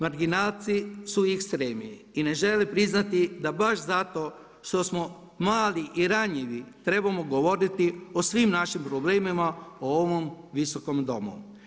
Marginalci su ekstremniji i ne žele priznati da baš zato što smo mali i ranjivi trebamo govoriti o svim našim problemima u ovom Viskom domu.